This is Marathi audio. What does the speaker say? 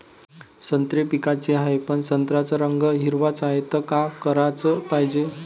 संत्रे विकाचे हाये, पन संत्र्याचा रंग हिरवाच हाये, त का कराच पायजे?